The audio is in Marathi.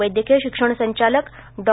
वैद्यकीय शिक्षण संचालक डॉ